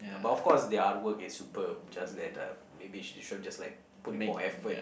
but of course the artwork is superb just that uh maybe should should have just like put in more effort